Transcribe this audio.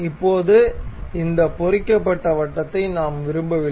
இப்போது இந்த பொறிக்கப்பட்ட வட்டத்தை நாம் விரும்பவில்லை